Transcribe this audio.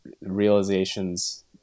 realizations